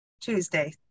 Tuesday